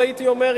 הייתי אומר,